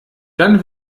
dann